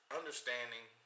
understanding